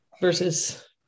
versus